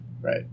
right